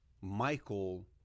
michael